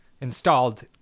installed